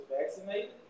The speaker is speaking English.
vaccinated